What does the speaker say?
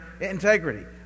Integrity